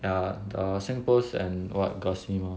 ya the Singpost and what got cinema